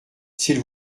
s’il